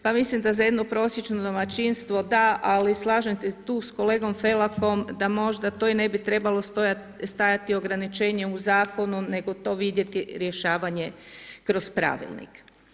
Pa mislim da je jednu prosječno domaćinstvo da, ali slažem se tu s kolegom Felakom da možda to i ne bi trebalo stajati ograničenje u Zakonu, nego to vidjeti rješavanje kroz Pravilnik.